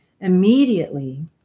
Immediately